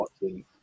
watching